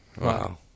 Wow